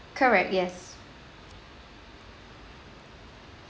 correct yes